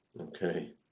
Okay